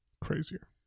Crazier